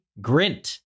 Grint